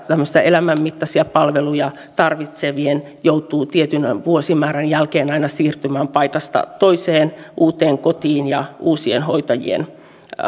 tämmöisiä elämänmittaisia palveluja tarvitsevat joutuvat tietyn vuosimäärän jälkeen aina siirtymään paikasta toiseen uuteen kotiin ja uusien hoitajien